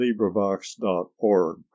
LIBRIVOX.ORG